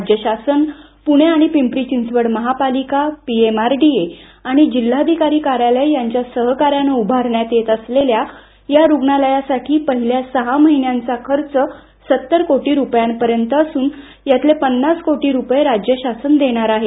राज्य शासन पुणे आणि पिंपरी चिंचवड महापालिका पीएमआरडीए आणि जिल्हाधिकारी कार्यालय यांच्या सहकार्यानं उभारण्यात येत असलेल्या या रुग्णालयासाठी पहिल्या सहा महिन्यांचा खर्च सत्तर कोटी रूपयांपर्यंत असून यातले पन्नास कोटी राज्य शासन देणार आहे